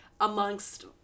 amongst